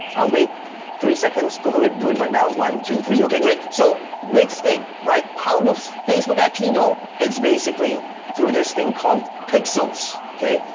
i'll wait three seconds, go ahead, do it right now. one, two, three, okay, great. so next thing, right? how does facebook actually know? it's basically through this thing called pixels, okay?